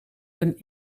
een